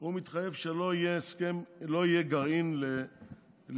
הוא מתחייב שלא יהיה גרעין לאיראן.